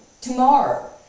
tomorrow